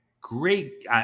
Great